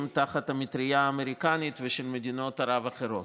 תחת המטרייה האמריקנית ושל מדינות ערב אחרות.